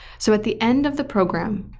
so at the end of the program,